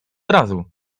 razu